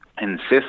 Insist